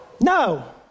No